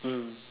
mm